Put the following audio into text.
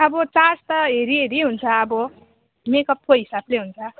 अब चार्ज त हेरी हेरी हुन्छ अब मेकअपको हिसाबले हुन्छ